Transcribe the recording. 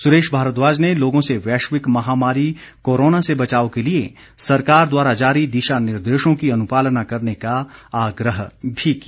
सुरेश भारद्वाज ने लोगों से वैश्विक महामारी कोरोना से बचाव के लिए सरकार द्वारा जारी दिशा निर्देशों की अनुपालना करने का आग्रह भी किया